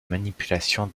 manipulation